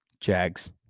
Jags